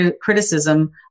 criticism